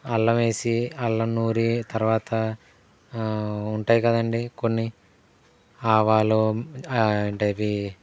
అల్లం వేసి అల్లం నూరి తర్వాత ఉంటాయి కదండీ కొన్ని ఆవాలు అంటే ఇవి